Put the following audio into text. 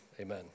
amen